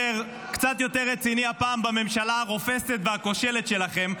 רציני הפעם בממשלה הרופסת והכושלת שלכם.